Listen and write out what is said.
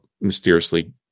mysteriously